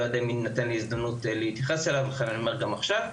יודע אם תינתן לי הזדמנות להתייחס אליו ולכן אני אומר גם עכשיו,